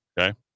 okay